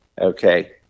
Okay